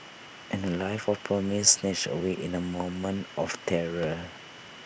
and A life of promise snatched away in A moment of terror